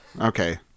Okay